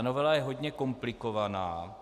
Novela je hodně komplikovaná.